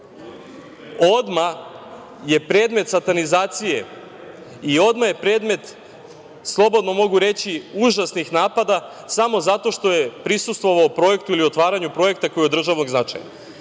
odmah je predmet satanizacije i odmah je predmet užasnih napada samo zato što je prisustvovao projektu ili otvaranju projekta koji je od državnog značaja.Za